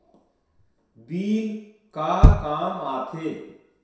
Bill का काम आ थे?